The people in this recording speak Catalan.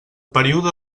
període